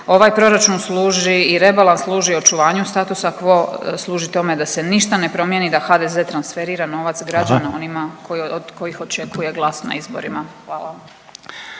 Ovaj proračun služi i rebalans služi očuvanju statusa quo, služi tome da se ništa ne promijeni, da HDZ transferira novac građana…/Upadica Reiner: Hvala/…onima od kojih očekuju glas na izborima, hvala.